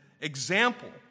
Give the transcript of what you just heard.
example